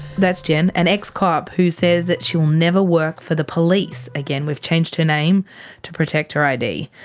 that's jen, an ex-cop who says that she'll never work for the police again. we've changed her name to protect her id.